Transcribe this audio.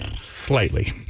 slightly